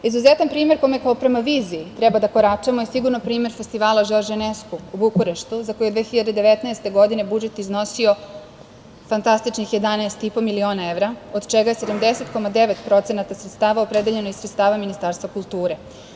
Izuzetan primer, kome kao prema viziji treba da koračamo, je sigurno primer festivala Žorž Enesku u Bukureštu, za koji je 2019. godine budžet iznosio fantastičnih 11,5 miliona evra, od čega je 70,9% sredstava opredeljeno iz sredstava Ministarstva kulture.